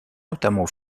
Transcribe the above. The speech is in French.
notamment